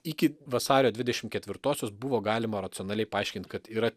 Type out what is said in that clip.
iki vasario dvidešim ketvirtosios buvo galima racionaliai paaiškint kad yra